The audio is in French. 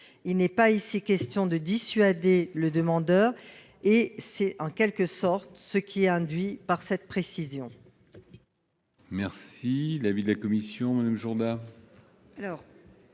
Il n'est pas ici question de dissuader le demandeur et c'est, en quelque sorte, ce qui est induit par cette précision. Quel est l'avis de la commission spéciale